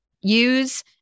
use